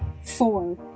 four